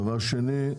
דבר שני,